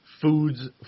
foods